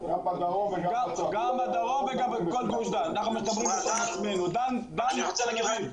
גם בדרום וגם בגוש דן, תל אביב.